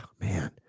Man